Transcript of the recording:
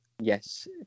yes